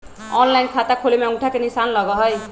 Online खाता खोले में अंगूठा के निशान लगहई?